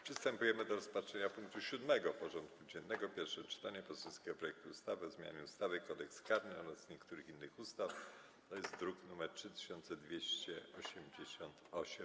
Przystępujemy do rozpatrzenia punktu 7. porządku dziennego: Pierwsze czytanie poselskiego projektu ustawy o zmianie ustawy Kodeks karny oraz niektórych innych ustaw (druk nr 3288)